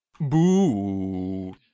Boo